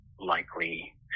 likely